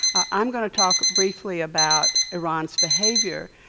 i'm going to talk briefly about iran's behavior,